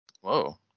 Whoa